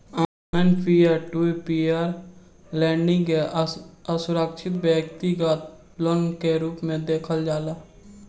online peer to peer lending के असुरक्षित व्यतिगत लोन के रूप में देखल जाला